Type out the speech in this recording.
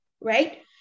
right